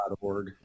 .org